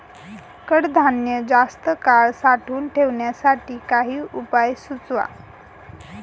कडधान्य जास्त काळ साठवून ठेवण्यासाठी काही उपाय सुचवा?